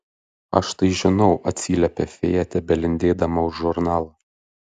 aš tai žinau atsiliepia fėja tebelindėdama už žurnalo